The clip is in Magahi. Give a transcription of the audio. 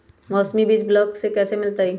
मौसमी बीज ब्लॉक से कैसे मिलताई?